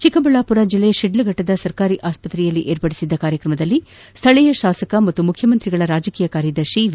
ಚಿಕ್ಕಬಳ್ಣಾಮರ ಬೆಲ್ಲೆ ಶಿಡ್ಡಫಟ್ಟದ ಸರ್ಕಾರಿ ಆಸ್ಪತ್ರೆಯಲ್ಲಿ ವಿರ್ಪಡಿಸಿದ್ದ ಕಾರ್ಯಕ್ರಮದಲ್ಲಿ ಸ್ಥಳೀಯ ತಾಸಕ ಹಾಗೂ ಮುಖ್ಣಮಂತ್ರಿಗಳ ರಾಜಕೀಯ ಕಾರ್ಯದರ್ಶಿ ವಿ